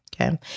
Okay